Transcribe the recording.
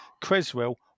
Creswell